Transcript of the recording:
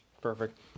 Perfect